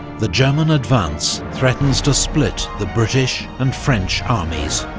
the german advance threatens to split the british and french armies,